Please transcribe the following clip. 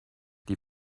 die